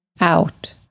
out